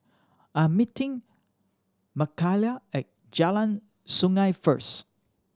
I'm meeting Mckayla at Jalan Sungei first